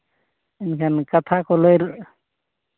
ᱮᱱᱠᱷᱟᱱ ᱠᱟᱛᱷᱟ ᱠᱚ ᱞᱟᱹᱭ